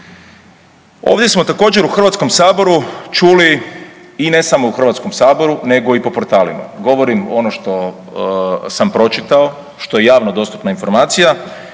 Ovdje smo također u HS čuli i ne samo u HS nego i po potralima, govorim ono što sam pročitao, što je javno dostupna informacija